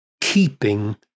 keeping